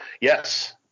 Yes